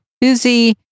busy